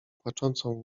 płaczącą